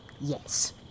yes